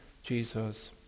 Jesus